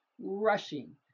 rushing